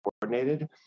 coordinated